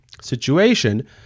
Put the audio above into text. situation